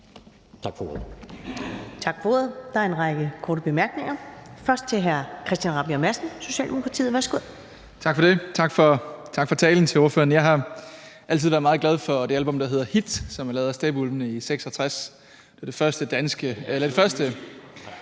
Tak for ordet.